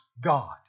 God